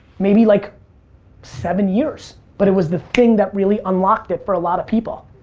maybe like seven years, but it was the thing that really unlocked it for a lot of people.